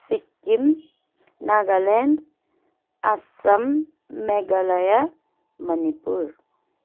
Sikkim Nagaland Assam Meghalaya Manipur